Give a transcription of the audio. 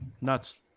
nuts